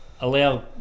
allow